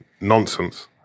Nonsense